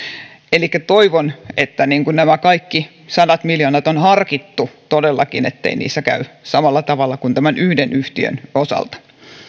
elikkä toivon että nämä kaikki sadat miljoonat on harkittu todellakin ettei niissä käy samalla tavalla kuin tämän yhden yhtiön osalta